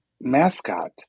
mascot